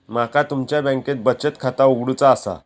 माका तुमच्या बँकेत बचत खाता उघडूचा असा?